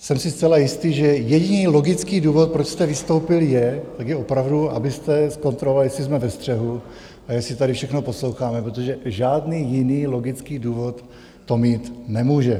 Jsem si zcela jistý, že jediný logický důvod, proč jste vystoupil, tak je opravdu, abyste zkontroloval, jestli jsme ve střehu a jestli tady všechno posloucháme, protože žádný jiný logický důvod to mít nemůže.